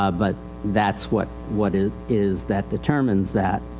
ah but thatis what, what it is that determines that.